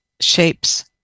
shapes